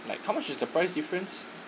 like how much is the price difference